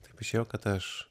taip išėjo kad aš